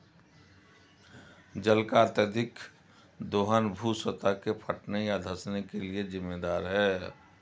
जल का अत्यधिक दोहन भू सतह के फटने या धँसने के लिये जिम्मेदार है